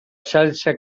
salsa